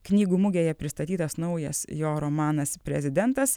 knygų mugėje pristatytas naujas jo romanas prezidentas